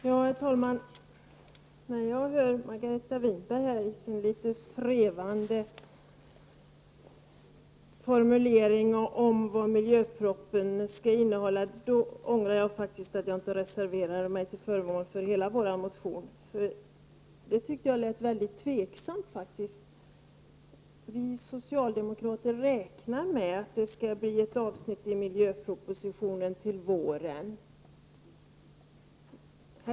Herr talman! När jag hör Margareta Winberg i hennes litet trevande formulering av vad miljöpropositionen skall innehålla, ångrar jag faktiskt att jag inte reserverade mig till förmån för hela vår motion. Jag tyckte nämligen att hon lät mycket tveksam när hon sade att ''vi socialdemokrater'' räknar med att det skall bli ett sådant avsnitt i miljöpropositionen till våren.